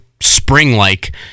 spring-like